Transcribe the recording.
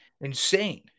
insane